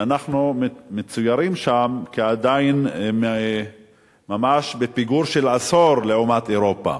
אנחנו מצוירים שם כמדינה שעדיין ממש בפיגור של עשור לעומת אירופה,